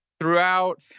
throughout